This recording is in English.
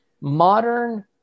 modern